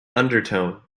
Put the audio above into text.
undertone